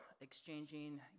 exchanging